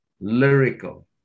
lyrical